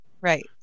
right